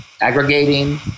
aggregating